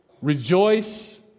rejoice